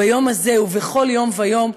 ביום הזה ובכל יום ויום,